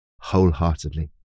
wholeheartedly